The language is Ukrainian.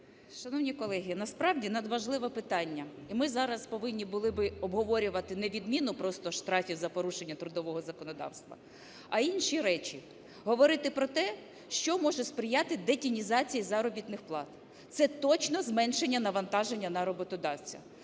Шановні колеги, насправді надважливе питання, і ми зараз повинні були б обговорювати не відміну просто штрафів за порушення трудового законодавства, а інші речі. Говорити про те, що може сприяти детінізації заробітних плат, це точно зменшення навантаження на роботодавця.